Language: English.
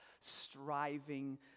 striving